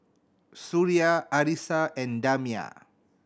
Suria Arissa and Damia